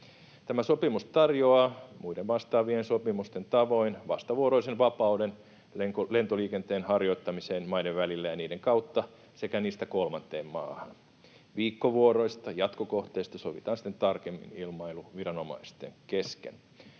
Tämä sopimus tarjoaa muiden vastaavien sopimusten tavoin vastavuoroisen vapauden lentoliikenteen harjoittamiseen maiden välillä ja niiden kautta sekä niistä kolmanteen maahan. Viikkovuoroista ja jatkokohteista sovitaan sitten tarkemmin ilmailuviranomaisten kesken.